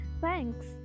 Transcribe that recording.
Thanks